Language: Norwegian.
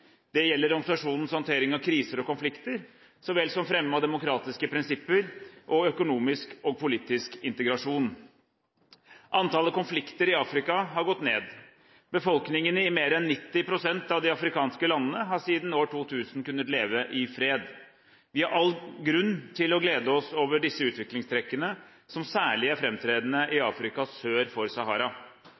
Det gjelder organisasjonens håndtering av kriser og konflikter, så vel som fremme av demokratiske prinsipper og økonomisk og politisk integrasjon. Antallet konflikter i Afrika har gått ned. Befolkningene i mer enn 90 pst. av de afrikanske landene har siden år 2000 kunnet leve i fred. Vi har all grunn til å glede oss over disse utviklingstrekkene, som særlig er fremtredende i Afrika sør for Sahara.